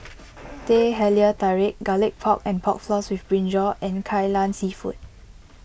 Teh Halia Tarik Garlic Pork and Pork Floss with Brinjal and Kai Lan Seafood